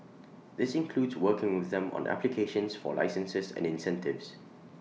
this includes working with them on applications for licenses and incentives